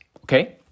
Okay